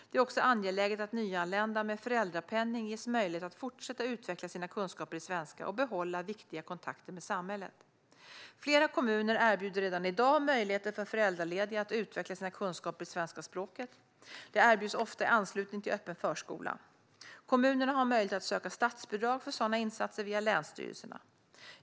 Det är också angeläget att nyanlända med föräldrapenning ges möjlighet att fortsätta utveckla sina kunskaper i svenska och behålla viktiga kontakter med samhället. Flera kommuner erbjuder redan i dag möjligheter för föräldralediga att utveckla sina kunskaper i svenska språket. Det erbjuds ofta i anslutning till öppen förskola. Kommunerna har möjlighet att söka statsbidrag för sådana insatser via länsstyrelserna.